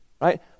Right